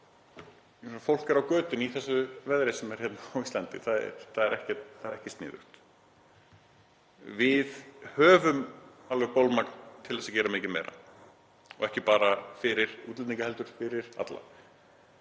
fólk er á götunni í þessu veðri sem er hérna á Íslandi. Það er ekki sniðugt. Við höfum alveg bolmagn til þess að gera mikið meira og ekki bara fyrir útlendinga heldur fyrir alla.